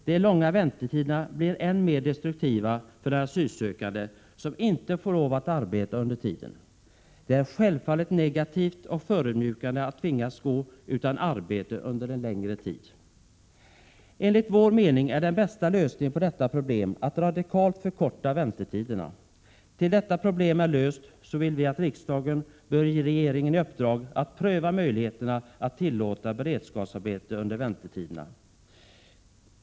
De långa väntetiderna blir än mer destruktiva för den asylsökande som inte får lov att arbeta under tiden. Det är självfallet negativt och förödmjukande att tvingas gå utan arbete under en längre tid. Enligt vår mening är den bästa lösningen på detta problem att radikalt förkorta väntetiderna. Tills detta problem är löst vill vi att riksdagen ger regeringen i uppdrag att pröva möjligheterna att tillåta beredskapsarbete under väntetiden.